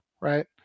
right